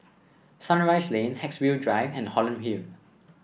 Sunrise Lane Haigsville Drive and Holland Hill